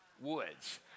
Woods